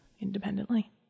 independently